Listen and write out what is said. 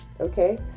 Okay